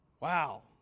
Wow